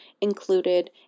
included